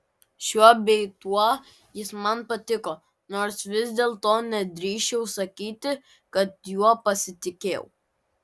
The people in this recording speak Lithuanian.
šiuo bei tuo jis man patiko nors vis dėlto nedrįsčiau sakyti kad juo pasitikėjau